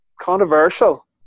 Controversial